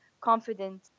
confident